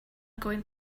going